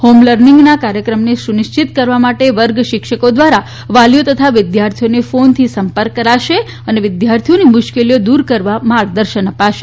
home લર્નિંગના કાર્યક્રમને સુનિશ્ચિત કરવા માટે વર્ગ શિક્ષકો દ્વારા વાલી તથા વિદ્યાર્થીઓને ફોનથી સંપર્ક કરશે અને વિદ્યાર્થીઓની મુશ્કેલીઓ દૂર કરવા માર્ગદર્શન આપશે